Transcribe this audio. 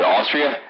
Austria